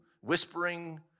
whispering